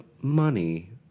money